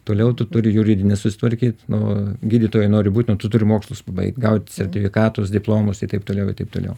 toliau tu turi juridinį susitvarkyt o gydytojai nori būtent tu turi mokslus pabaigt gaut sertifikatus diplomus i taip toliau i taip toliau